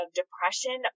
depression